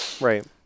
right